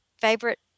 favorite